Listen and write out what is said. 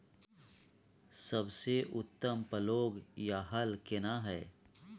सबसे उत्तम पलौघ या हल केना हय?